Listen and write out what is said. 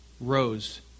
rose